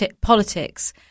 politics